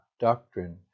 doctrine